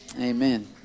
amen